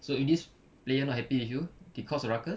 so if this player not happy with you they cause ruckus